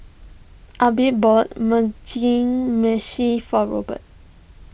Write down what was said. Abe bought Mugi Meshi for Robert